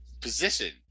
position